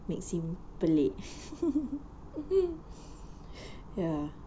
as in pelik ya